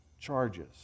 charges